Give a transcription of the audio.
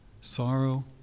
Sorrow